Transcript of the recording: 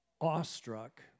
awestruck